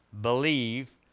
believe